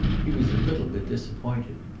he was a little bit disappointed.